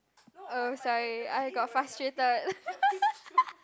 oh sorry I got frustrated